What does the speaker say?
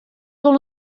wol